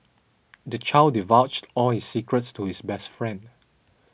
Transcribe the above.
the child divulged all his secrets to his best friend